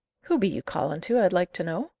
who be you calling to, i'd like to know?